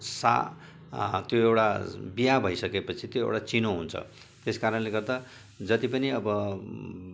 सा त्यो एउटा बिहा भइसकेपछि त्यो एउटा चिनो हुन्छ त्यस कारणले गर्दा जति पनि अब